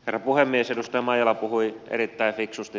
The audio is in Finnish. edustaja maijala puhui erittäin fiksusti